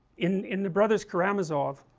in in the brothers karamazov,